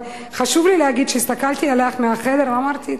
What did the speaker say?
אבל חשוב לי להגיד שהסתכלתי עלייך מהחדר ואמרתי,